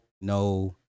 no